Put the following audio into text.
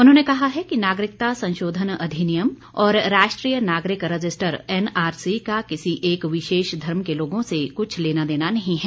उन्होंने कहा है कि नागरिकता संशोधन अधिनियम और राष्ट्रीय नागरिक रजिस्टर एनआरसी का किसी एक विशेष धर्म के लोगों से कुछ लेना देना नहीं है